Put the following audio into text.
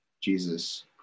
Jesus